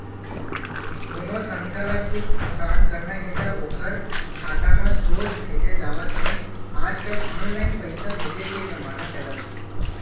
कोनो संस्था ल कुछ भुगतान करना हे त ओखर खाता म सोझ भेजे जावत हे आजकल ऑनलाईन पइसा भेजे के जमाना चलत हे